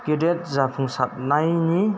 गेदेर जाफुंसारनायनि